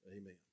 Amen